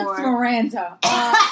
Miranda